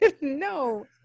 no